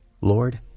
Lord